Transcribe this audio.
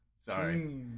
Sorry